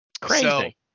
Crazy